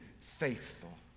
faithful